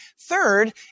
Third